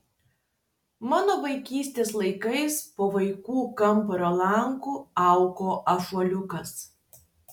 mano vaikystės laikais po vaikų kambario langu augo ąžuoliukas